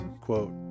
quote